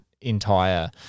entire